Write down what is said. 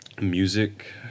music